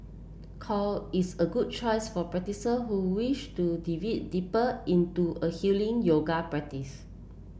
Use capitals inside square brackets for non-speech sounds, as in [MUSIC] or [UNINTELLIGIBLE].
core is a good choice for [UNINTELLIGIBLE] who wish to delve deeper into a healing yoga practice